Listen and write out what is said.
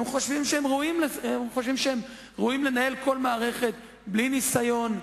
הם חושבים שהם ראויים לנהל כל מערכת, בלי ניסיון,